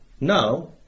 No